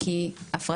שלנו כחולי נפש,